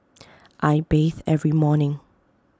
I bathe every morning